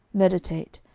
meditate,